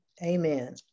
Amen